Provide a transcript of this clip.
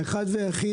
האחד והיחיד,